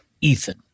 ethan